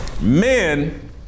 Men